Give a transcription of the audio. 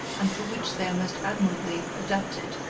and for which they are most admirably adapted,